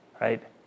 right